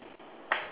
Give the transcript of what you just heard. okay